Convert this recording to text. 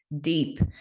deep